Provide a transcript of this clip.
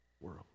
world